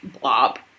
blob